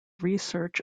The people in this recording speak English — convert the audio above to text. research